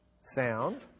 sound